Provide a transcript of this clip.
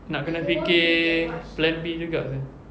nak kena fikir plan B juga seh